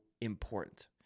important